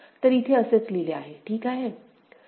तर इथे असेच लिहिले आहे ठीक आहे